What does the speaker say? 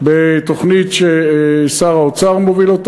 בתוכנית ששר האוצר מוביל,